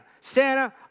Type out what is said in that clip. Santa